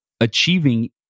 achieving